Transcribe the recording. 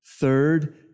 third